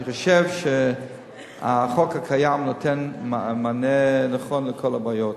אני חושב שהחוק הקיים נותן מענה נכון לכל הבעיות.